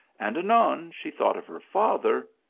and anon she thought of her father,